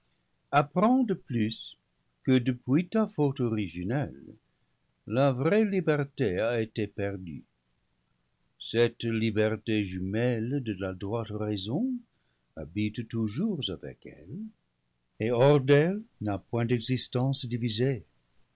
de plus que depuis ta faute originelle la vraie liberté a été perdue cette liberté jumelle de la droite raison habite toujours avec elle et hors d'elle n'a point d'existence divisée